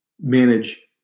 manage